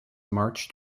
march